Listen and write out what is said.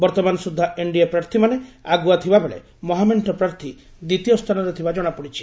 ବର୍ଉମାନ ସୁଛା ଏନ୍ଡିଏ ପ୍ରାର୍ଥୀମାନେ ଆଗୁଆ ଥିବାବେଳେ ମହାମେଙ୍କ ପ୍ରାର୍ଥୀ ଦ୍ୱିତୀୟ ସ୍ଥାନରେ ଥିବା ଜଶାପଡିଛି